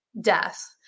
death